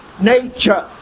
nature